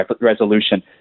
resolution